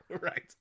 Right